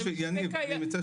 בשביל זה הם קיימים.